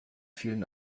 vielen